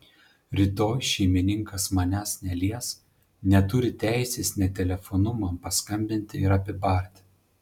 rytoj šeimininkas manęs nelies neturi teisės net telefonu man paskambinti ir apibarti